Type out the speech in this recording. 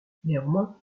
néanmoins